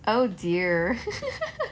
oh dear